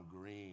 Green